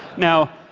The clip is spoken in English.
now,